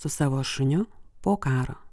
su savo šuniu po karo